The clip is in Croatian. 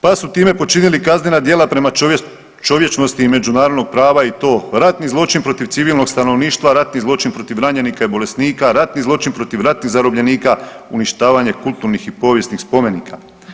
Pa su time počinili kaznena djela prema čovječnosti i međunarodnog prava i to ratni zločin protiv civilnog stanovništva, ratni zločin protiv ranjenika i bolesnika, ratni zločin protiv ratnih zarobljenika, uništavanje kulturnih i povijesnih spomenika.